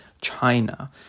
China